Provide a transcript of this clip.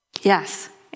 yes